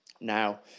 Now